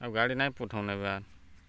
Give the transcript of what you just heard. ଆଉ ଗାଡ଼ି ନାଇଁ ପଠଉନ୍ ଏବେ ଆଉ